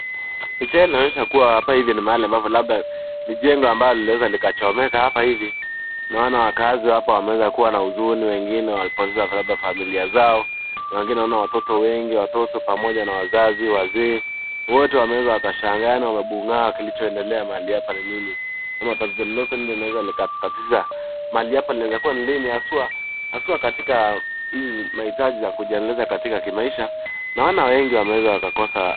Picha hii inaonyesha kuwa hapa hivi ni mahali ambapo labda ni jengo ambalo liliweza likachomeka hapa hivi. Naona wakazi wa hapa wameweza kuwa na huzuni, wengine walipoteza labda familia zao. Wengine naona watoto wengi, watoto pamoja na wazazi, wazee, wote wameweza wakashangaa, yaani wamebumbaa kilichoendelea mahali hapa ni nini. Ama tatizo lolote lile linaweza likatatiza mahali hapa linaweza kuwa ni nini haswa? Hasa katika hizi mahitaji za kujiendeleza katika kimaisha, naona wengi wameweza wakakosa.